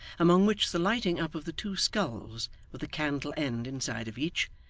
among which the lighting up of the two skulls with a candle-end inside of each,